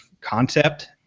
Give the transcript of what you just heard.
concept